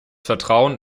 vertrauen